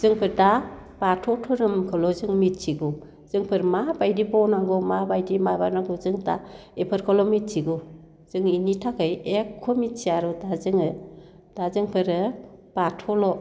जोंफोर दा बाथौ धोरोमखौल' जों मिथिगौ जोंफोर माबायदि बावनांगौ माबायदि माबानांगौ जों दा बेफोरखौल' मिथिगौ जों बेनि थाखाय एख' मिथिया आरो दा जोङो दा जोंफोरो बाथौल'